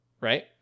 Right